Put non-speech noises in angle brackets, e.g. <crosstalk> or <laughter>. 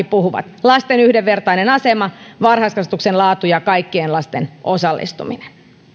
<unintelligible> puhuvat lasten yhdenvertainen asema varhaiskasvatuksen laatu ja kaikkien lasten osallistuminen